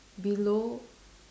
below